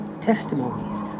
testimonies